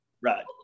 right